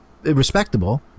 respectable